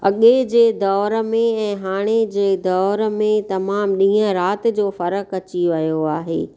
अॻे जे दौर में ऐं हाणे जे दौर में तमामु ॾींहं राति जो फ़र्क़ु अची वियो आहे